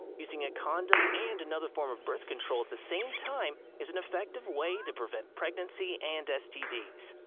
using a condom and another form of birth control at the same time is an effective way to prevent pregnancy, and stds.